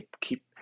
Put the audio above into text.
keep